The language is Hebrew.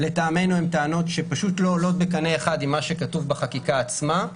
לטעמנו הן טענות שפשוט לא עולות בקנה אחד עם מה שכתוב בחקיקה עצמה,